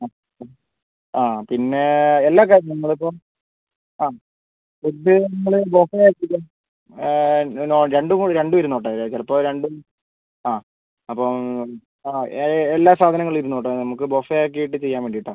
അപ്പം പിന്നെ എല്ലാം കഴിഞ്ഞോ നിങ്ങളിപ്പം ആ ഫുഡ്ഡ് നമ്മൾ ബുഫെ ആക്കിക്കോ രണ്ടും കൂടെ രണ്ടും ഇരുന്നോട്ടെ ചിലപ്പം രണ്ടും അപ്പം ആ എല്ലാ സാധനങ്ങളും ഇരുന്നോട്ടെ നമുക്ക് ബുഫെ ആക്കീട്ട് ചെയ്യാൻ വേണ്ടീട്ടാണ്